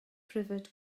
pryfed